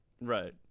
Right